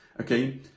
okay